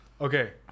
Okay